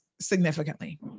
significantly